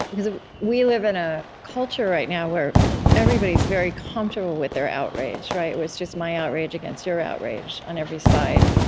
because we live in a culture right now where everybody's very comfortable with their outrage where it's just my outrage against your outrage, on every side.